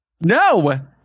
no